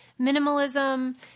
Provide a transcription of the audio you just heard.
minimalism